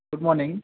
good morning